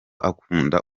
akunda